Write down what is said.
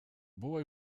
boy